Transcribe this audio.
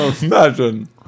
imagine